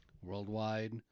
worldwide